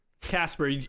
Casper